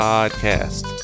Podcast